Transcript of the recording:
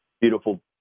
beautiful